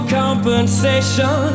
compensation